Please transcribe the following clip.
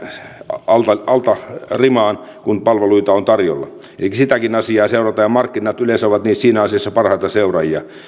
alta alta riman kun palveluita on tarjolla elikkä sitäkin asiaa seurataan ja markkinat yleensä ovat siinä asiassa parhaita seuraajia